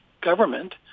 government